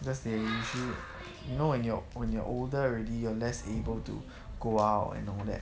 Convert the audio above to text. because they you see you know when you're when you're older already you are less able to go out and all that